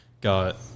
got